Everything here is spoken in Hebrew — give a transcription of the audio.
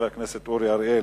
של חבר הכנסת אורי אריאל,